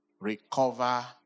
recover